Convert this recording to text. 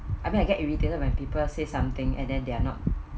I mean I get irritated when people say something and then they are not